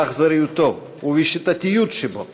באכזריותו ובשיטתיות שבו,